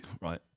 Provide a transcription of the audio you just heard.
right